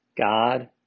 God